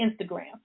Instagram